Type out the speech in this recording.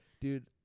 dude